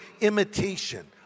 imitation